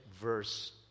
verse